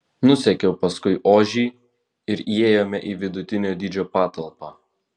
nusekiau paskui ožį ir įėjome į vidutinio dydžio patalpą